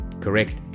correct